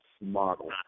model